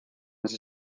las